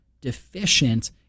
deficient